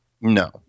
No